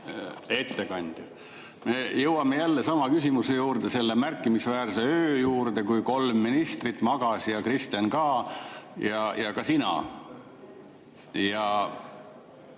Me jõuame jälle sama küsimuse juurde, selle märkimisväärse öö juurde, kui kolm ministrit ja Kristen magasid ja sina